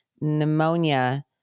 pneumonia